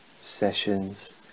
sessions